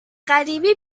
غریبه